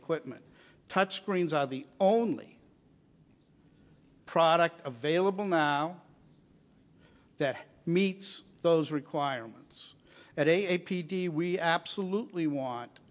equipment touchscreens are the only product available now that meets those requirements at a p d we absolutely want